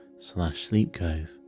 sleepcove